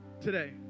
today